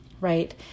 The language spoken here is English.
right